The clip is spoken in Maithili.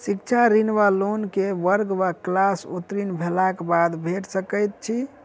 शिक्षा ऋण वा लोन केँ वर्ग वा क्लास उत्तीर्ण भेलाक बाद भेट सकैत छी?